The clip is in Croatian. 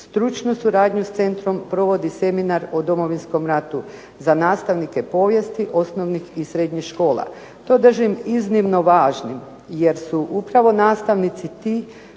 stručnu suradnju s centrom provodi seminar o Domovinskom ratu za nastavnike povijesti osnovnih i srednjih škola. To držim iznimno važnim jer su upravo nastavnici ti